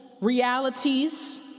realities